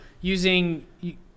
using